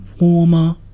warmer